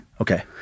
Okay